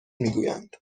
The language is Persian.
میگویند